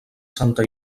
santa